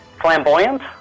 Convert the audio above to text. flamboyant